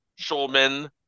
Shulman